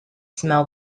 smell